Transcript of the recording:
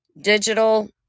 digital